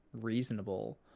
reasonable